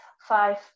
five